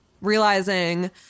realizing